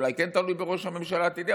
אולי כן תלוי בראש הממשלה העתידי,